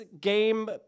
game